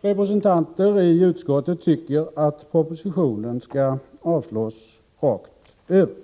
representanter i utskottet tycker att propositionen skall avslås rakt över.